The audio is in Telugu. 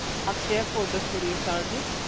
అక్షయ ఫోటో స్టూడియోస్ అండి